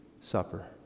supper